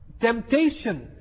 Temptation